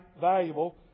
valuable